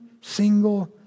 single